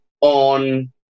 on